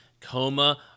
coma